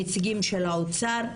נציגים של האוצר,